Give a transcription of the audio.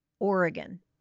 Oregon